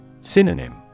Synonym